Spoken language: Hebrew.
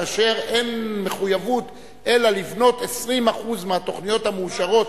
כאשר אין מחויבות אלא לבנות 20% מהתוכניות המאושרות,